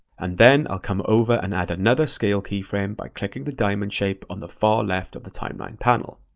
and then i'll come over and add another scale keyframe by clicking the diamond shape on the far left of the timeline panel.